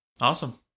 Awesome